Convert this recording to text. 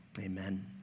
Amen